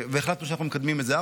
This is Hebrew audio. והחלטנו שאנחנו מקדמים את זה.